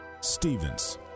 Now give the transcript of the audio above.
Stevens